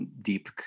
deep